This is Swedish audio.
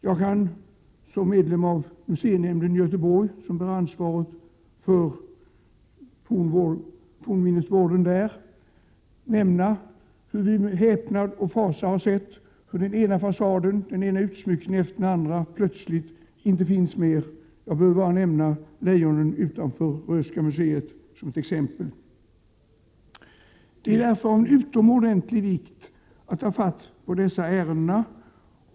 Jag kan som medlem av museinämnden i Göteborg, som bär ansvaret för fornminnesvården där, nämna hur vi med häpnad och fasa har sett hur den ena fasaden och utsmyckningen efter den andra plötsligt inte finns mer. Jag behöver bara nämna lejonen utanför Röhsska museet som ett exempel. Det är därför av utomordentlig vikt att ta tag i dessa ärenden.